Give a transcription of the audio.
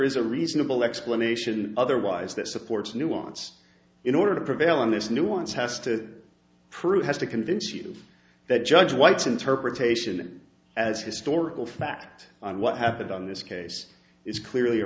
is a reasonable explanation otherwise that supports nuance in order to prevail in this new wants has to prove has to convince people that judge white's interpretation as historical fact on what happened on this case is clearly